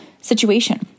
situation